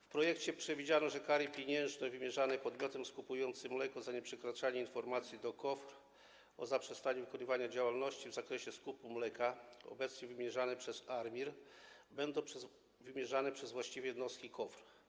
W projekcie przewidziano, że kary pieniężne wymierzane podmiotom skupującym mleko za nieprzekazanie informacji do KOWR o zaprzestaniu wykonywania działalności w zakresie skupu mleka, obecnie wymierzane przez ARiMR, będą wymierzane przez właściwe jednostki KOWR.